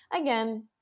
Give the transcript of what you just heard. Again